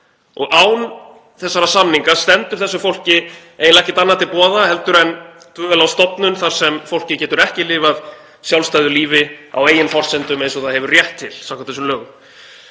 Án þessara samninga stendur þessu fólki eiginlega ekkert annað til boða en dvöl á stofnun þar sem fólk getur ekki lifað sjálfstæðu lífi á eigin forsendum eins og það hefur rétt til samkvæmt þessum lögum.